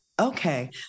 Okay